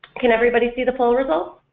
can everybody see the poll results?